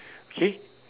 okay